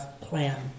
plan